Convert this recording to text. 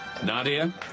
Nadia